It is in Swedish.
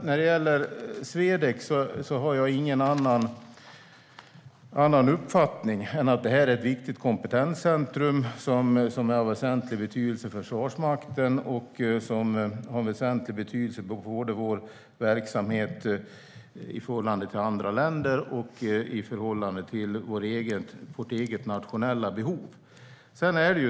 När det gäller Swedec har jag ingen annan uppfattning än att det är ett viktigt kompetenscentrum som är av väsentlig betydelse för Försvarsmakten och för både vår verksamhet i förhållande till andra länder och vårt eget nationella behov.